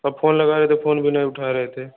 अब फ़ोन लगा रहे हैं तो फ़ोन भी नहीं उठा रहे थे